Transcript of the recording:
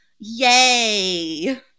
Yay